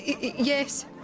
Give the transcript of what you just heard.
Yes